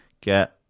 get